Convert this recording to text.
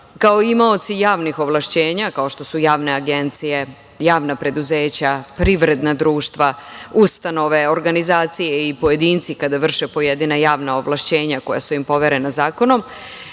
kao imaoci javnih ovlašćenja, kao što su javne agencije, javna preduzeća, privredna društva, ustanove, organizacije i pojedinci kada vrše pojedina javna ovlašćenja koja su im poverena zakonom,